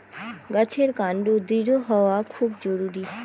গাছের কান্ড দৃঢ় হওয়া খুব জরুরি